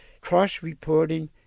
cross-reporting